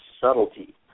subtlety